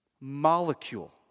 molecule